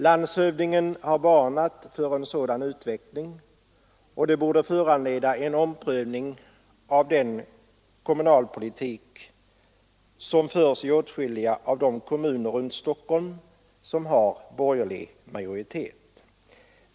Landshövdingen har varnat för en 22 maj 1974 sådan utveckling, och det borde föranleda en omprövning av den kommunalpolitik som förs i åtskilliga kommuner runt Stockholm med borgerlig majoritet.